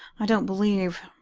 i don't believe,